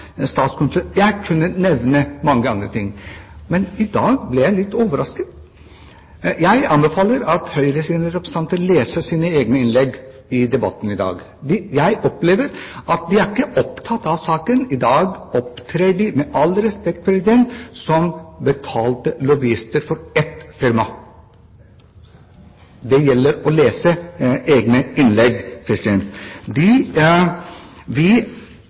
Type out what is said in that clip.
jeg kunne nevne mange andre ting. Men i dag ble jeg litt overrasket. Jeg anbefaler at Høyres representanter leser sine egne innlegg i debatten i dag. Jeg opplever at de ikke er opptatt av saken. I dag opptrer de – med all respekt – som betalte lobbyister for ett firma. Det gjelder å lese egne innlegg.